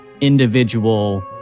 individual